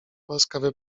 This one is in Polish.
łaskawy